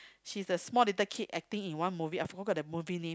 she's a small little kid acting in one movie I forgot the movie name